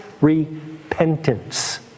repentance